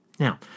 Now